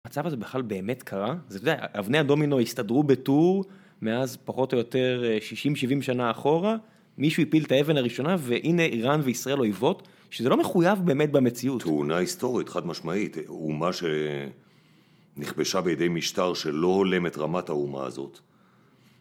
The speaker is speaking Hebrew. המצב הזה בכלל באמת קרה, אתה יודע, אבני הדומינו הסתדרו בטור מאז פחות או יותר 60-70 שנה אחורה, מישהו הפיל את האבן הראשונה והנה איראן וישראל אויבות, שזה לא מחויב באמת במציאות. תאונה היסטורית, חד משמעית, אומה שנכבשה בידי משטר שלא הולם את רמת האומה הזאת